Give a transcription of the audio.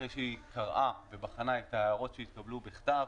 אחרי שהיא קראה ובחנה את ההערות שהתקבלו בכתב,